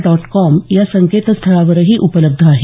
dot com या संकेतस्थळावरही उपलब्ध आहे